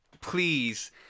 please